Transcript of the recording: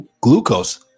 glucose